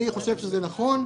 אני חושב שזה נכון.